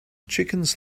chickens